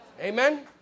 Amen